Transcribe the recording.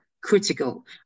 critical